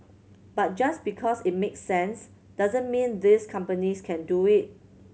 but just because it makes sense doesn't mean these companies can do it